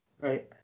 Right